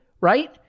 right